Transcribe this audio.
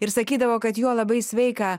ir sakydavo kad juo labai sveika